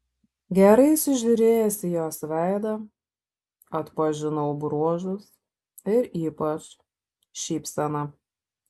gerai įsižiūrėjęs į jos veidą atpažinau bruožus ir ypač šypseną